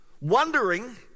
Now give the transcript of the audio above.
wondering